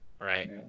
right